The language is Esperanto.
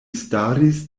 staris